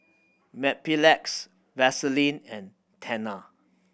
Mepilex Vaselin and Tena